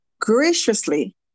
graciously